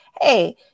hey